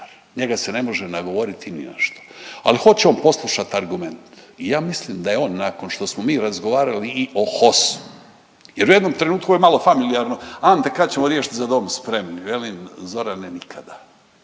Njega se ne može nagovoriti ni na što, ali hoće on poslušat argument. I ja mislim da je on nakon što smo mi razgovarali i o HOS-u, jer u jednom trenutku je malo familijarno Ante kad ćemo riješiti „Za dom spremni!“ Velim Zorane nikada